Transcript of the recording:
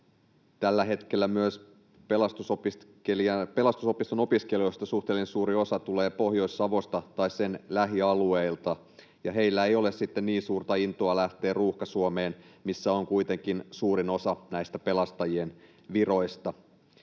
Tällä hetkellä Pelastusopiston opiskelijoista suhteellisen suuri osa myös tulee Pohjois-Savosta tai sen lähialueilta, ja heillä ei ole sitten niin suurta intoa lähteä Ruuhka-Suomeen, missä on kuitenkin suurin osa näistä pelastajien viroista.